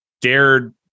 dared